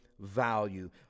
value